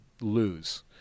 lose